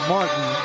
Martin